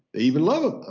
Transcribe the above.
even love him!